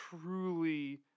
truly